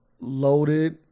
Loaded